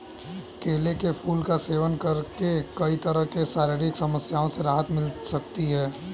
केले के फूल का सेवन करके कई तरह की शारीरिक समस्याओं से राहत मिल सकती है